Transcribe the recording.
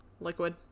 liquid